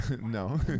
No